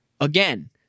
Again